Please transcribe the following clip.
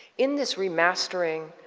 in this remastering,